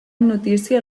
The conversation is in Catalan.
notícia